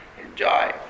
Enjoy